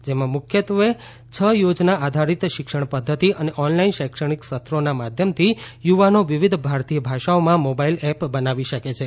જેમાં મુખ્યત્વે છ યોજના આધારિત શિક્ષણ પધ્ધતિ અને ઓનલાઇન શૈક્ષણિક સત્રોના માધ્યમથી યુવાનો વિવિધ ભારતીય ભાષાઓમાં મોબાઇલ એપ બનાવી શકે છે